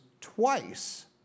twice